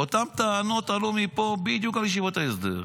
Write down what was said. ואותן טענות בדיוק עלו מפה על ישיבות ההסדר: